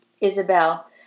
Isabel